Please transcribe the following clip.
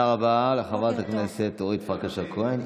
תודה רבה לחברת הכנסת אורית פרקש הכהן.